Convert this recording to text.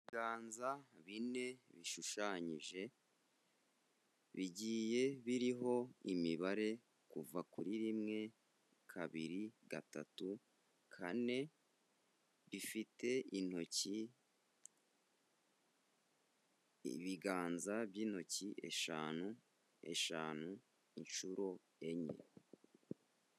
Ibiganza bine bishushanyije bigiye biriho imibare kuva kuri rimwe, kabiri, gatatu, kane bifite intoki, ibiganza by'intoki eshanu eshanu inshuro enye.